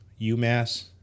UMass